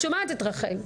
את שומעת את רחל,